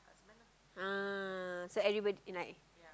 ah so everybody like